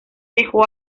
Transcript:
dejó